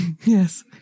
Yes